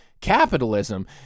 capitalism